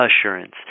assurance